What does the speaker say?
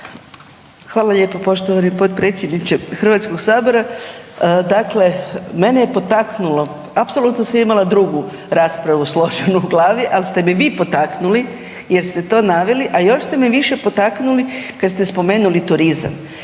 Hvala lijepo poštovani potpredsjedniče HS-a, dakle, mene je potaknulo, apsolutno sam imala drugu raspravu složenu u glavu, ali ste vi potaknuli jer ste to naveli, a još ste me više potaknuli kad ste spomenuli turizam.